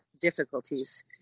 difficulties